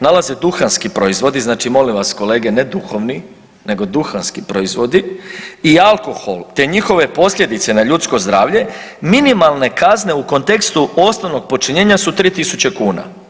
nalaze duhanski proizvodi, znači molim vas kolege ne duhovni, nego duhanski proizvodi i alkohol te njihove posljedice na ljudsko zdravlje, minimalne kazne u kontekstu osnovnog počinjenja su 3.000 kuna.